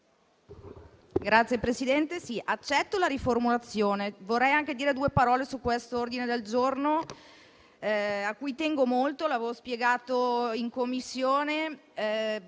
Signor Presidente, accetto la proposta di riformulazione. Vorrei anche dire due parole su questo ordine del giorno, a cui tengo molto. L'avevo spiegato in Commissione: